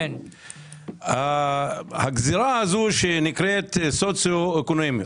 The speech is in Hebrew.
הגזרה שנקראת סוציו-אקונומי